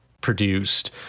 produced